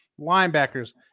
linebackers